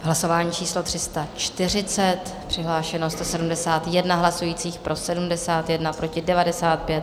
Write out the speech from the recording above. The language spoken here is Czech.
Hlasování číslo 340, přihlášeno 171 hlasujících, pro 71, proti 95.